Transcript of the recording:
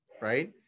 right